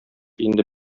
инде